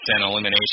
elimination